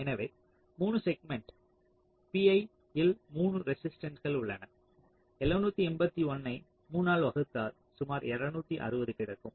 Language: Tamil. எனவே 3 செக்மென்ட் pi இல் 3 ரெசிஸ்ட்டன்ஸ்கள் உள்ளன 781 ஐ 3 ஆல் வகுத்தால் சுமார் 260 கிடைக்கும்